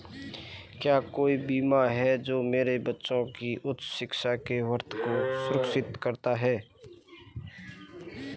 क्या कोई बीमा है जो मेरे बच्चों की उच्च शिक्षा के वित्त को सुरक्षित करता है?